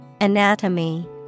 Anatomy